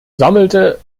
sammelte